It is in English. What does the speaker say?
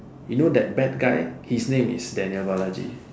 you know that bad guy his name is Daniel-Balaji